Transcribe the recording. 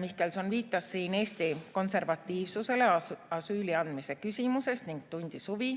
Mihkelson viitas siin Eesti konservatiivsusele asüüli andmise küsimuses ning tundis huvi,